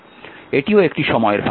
এটিও একটি সময়ের ফাংশন